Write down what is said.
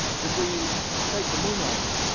did we fake the moon landing?